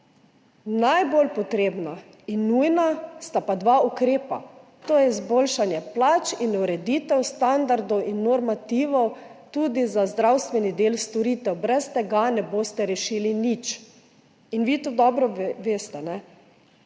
najbolj potrebna in nujna pa sta dva ukrepa, to je izboljšanje plač in ureditev standardov in normativov tudi za zdravstveni del storitev. Brez tega ne boste rešili nič. Vi to dobro veste. To